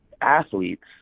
athletes